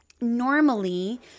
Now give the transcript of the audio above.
normally –